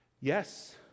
Yes